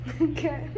Okay